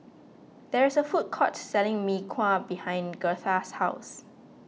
there is a food court selling Mee Kuah behind Girtha's house